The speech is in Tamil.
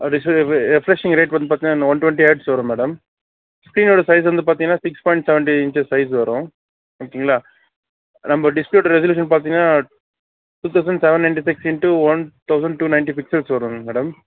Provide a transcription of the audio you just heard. அது ரேட்டு வந்து பார்த்தீங்கனா இன்னும் ஒன் டுவென்ட்டி வரும் மேடம் ஸ்க்ரீனோட சைஸ் வந்து பாத்தீங்கனா six point seventy inches size வரும் ஓகேங்களா நம்ம டிஸ்பிளே ரெசொலியூஷன் பார்த்திங்கனா two thousand seven into six into one thousand two ninety pixels வருங்க மேடம்